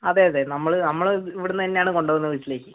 അതെ അതെ നമ്മള് നമ്മള് ഇവിടുനന്നെയാണ് കൊണ്ട് പോകുന്നത് വീട്ടിലേക്ക്